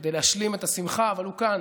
כדי להשלים את השמחה, אבל הוא כאן,